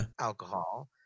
alcohol